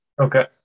okay